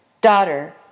daughter